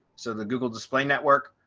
so the google display network,